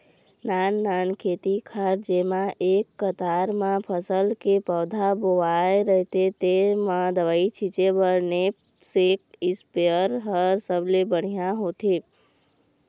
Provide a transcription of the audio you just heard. नाननान खेत खार जेमा एके कतार म फसल के पउधा बोवाए रहिथे तेन म दवई छिंचे बर नैपसेक इस्पेयर ह सबले बड़िहा होथे